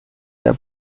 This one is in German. der